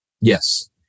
Yes